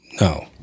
No